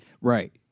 Right